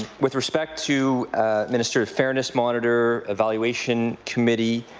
with respect to minister fairness monitor evaluation committee